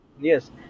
Yes